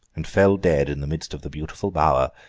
and fell dead in the midst of the beautiful bower,